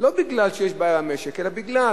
לא מכיוון שיש בעיה במשק, אלא בגלל